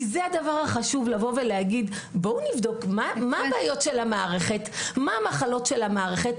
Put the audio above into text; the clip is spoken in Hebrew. חשוב לבדוק מה הבעיות והמחלות של המערכת.